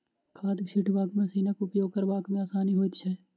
खाद छिटबाक मशीनक उपयोग करबा मे आसानी होइत छै